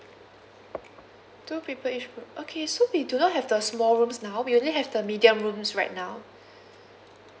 two people each room okay so we do not have the small rooms now we only have the medium rooms right now